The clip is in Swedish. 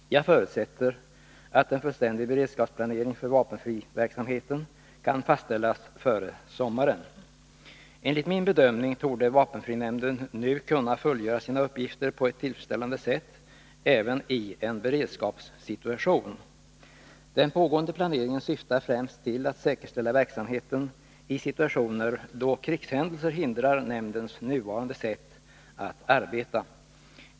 Jag förutsätter att en fullständig beredskapsplanering för vapenfriverksamheten kan fastställas före sommaren. Enligt min bedömning torde vapenfrinämnden nu kunna fullgöra sina uppgifter på ett tillfredsställande sätt även i en beredskapssituation. Den pågående planeringen syftar främst till att säkerställa verksamheten i situationer då krigshändelser hindrar nämndens nuvarande sätt att arbeta.